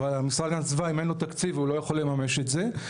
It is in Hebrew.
אבל אם למשרד להגנת הסביבה אין תקציב הוא לא יכול לממש את זה.